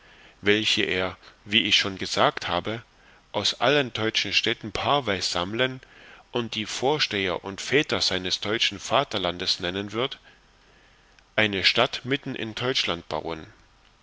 welche er wie ich schon gesagt habe aus allen teutschen städten paarweis sammlen und die vorsteher und vätter seines teutschen vatterlandes nennen wird eine stadt mitten in teutschland bauen